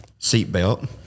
seatbelt